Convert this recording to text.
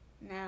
No